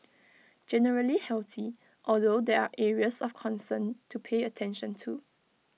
generally healthy although there are areas of concern to pay attention to